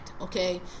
okay